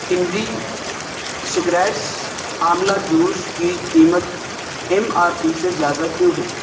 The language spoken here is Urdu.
چندی سیکریٹس آملہ جوس کی قیمت ایم آر پی سے زیادہ کیوں ہے